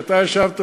שאתה ישבת בה,